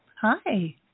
Hi